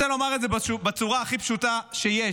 אני רוצה לומר את זה בצורה הכי פשוטה שיש,